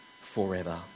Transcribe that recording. forever